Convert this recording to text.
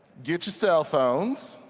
get your cellphones,